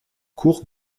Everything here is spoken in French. cours